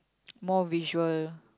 more visual